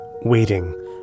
waiting